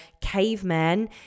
cavemen